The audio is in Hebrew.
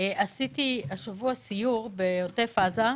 השבוע סיירתי בעוטף עזה,